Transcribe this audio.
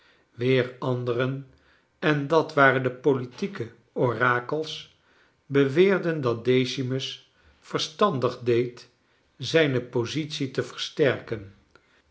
weer anderen en dat waren de politieke orakels beweerden dat decimus verstandig deed zijne positie te versterken